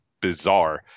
bizarre